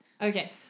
Okay